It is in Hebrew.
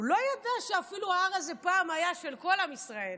הוא אפילו לא ידע שההר הזה היה פעם של כל עם ישראל,